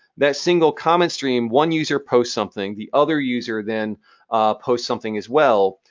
that single comment stream, one user posts something. the other user then posts something as well.